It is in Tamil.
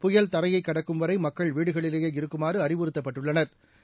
புயல் தரையைக் கடக்கும்வரை மக்கள் வீடுகளிலேயே இருக்குமாறு அறிவுறுத்தப்பட்டுள்ளனா்